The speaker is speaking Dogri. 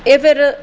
एह् फिर